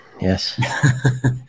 yes